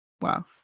Wow